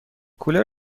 کولر